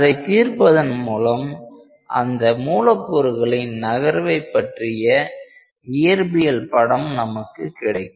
அதை தீர்ப்பதன் மூலம் அந்த மூலக்கூறுகளின் நகர்வை பற்றிய இயற்பியல் படம் நமக்கு கிடைக்கும்